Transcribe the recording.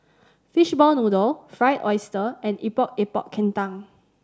fishball noodle Fried Oyster and Epok Epok Kentang